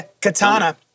Katana